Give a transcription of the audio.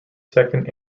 second